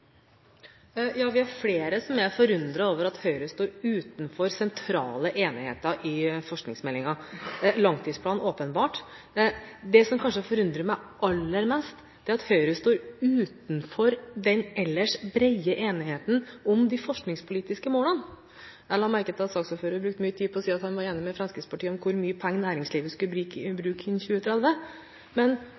Ja, vi er flere som er forundret over at Høyre står utenfor sentrale enigheter i forskningsmeldingen – og åpenbart langtidsplanen. Det som kanskje har forundret meg aller mest, er at Høyre står utenfor den ellers brede enigheten om de forskningspolitiske målene. Jeg la merke til at representanten brukte mye tid på å si at han var enig med Fremskrittspartiet om hvor mye penger næringslivet skulle bruke innen 2030, men